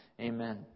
Amen